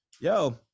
yo